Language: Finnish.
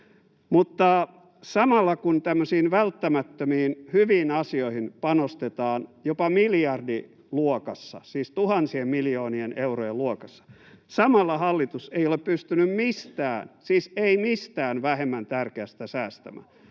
Mutta samalla, kun tämmöisiin välttämättömiin, hyviin asioihin panostetaan jopa miljardiluokassa, siis tuhansien miljoonien eurojen luokassa, hallitus ei ole pystynyt mistään, siis ei mistään, vähemmän tärkeästä säästämään.